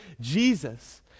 Jesus